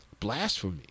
blasphemy